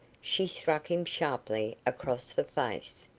she struck him sharply across the face.